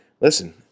listen